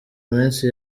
minsi